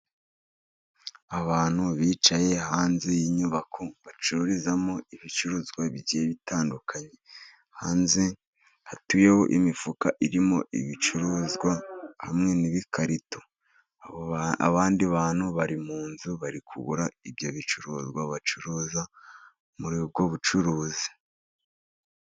Abantu bicaye hanze y'inyubako bacururizamo ibicuruzwa bigiye bitandukanye. Hanze hatuyeho imifuka irimo ibicuruzwa hamwe n'ibikarito. Abandi bantu bari mu nzu, bari kugura ibyo bicuruzwa bacuruza muri ubwo bucuruzi.